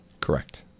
Correct